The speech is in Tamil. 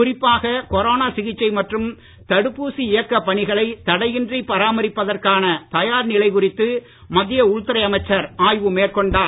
குறிப்பாக கொரோனா சிகிச்சை மற்றும் தடுப்பூசி இயக்கப் பணிகளை தடையின்றி பராமரிப்பதற்கான தயார் நிலை குறித்து மத்திய உள்துறை அமைச்சர் ஆய்வு மேற்கொண்டார்